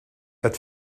that